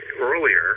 earlier